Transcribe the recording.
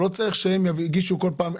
לא צריך שהם יגישו כל פעם.